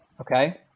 okay